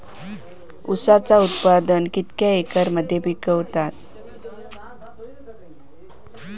ऊसाचा उत्पादन कितक्या एकर मध्ये पिकवतत?